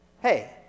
Hey